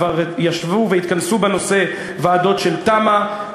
כבר ישבו והתכנסו בנושא ועדות של תמ"א,